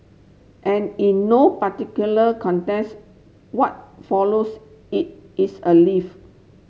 and in no particular context what follows it is a leaf